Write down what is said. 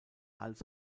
als